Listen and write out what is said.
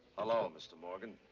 hello, mr. morgan.